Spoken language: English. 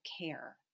care